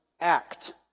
act